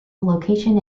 location